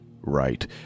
right